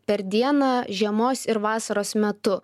per dieną žiemos ir vasaros metu